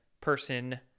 person